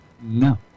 No